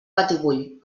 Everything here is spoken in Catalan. batibull